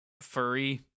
furry